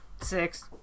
Six